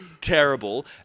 terrible